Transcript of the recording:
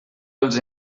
els